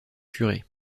curé